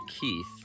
Keith